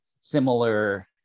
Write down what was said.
similar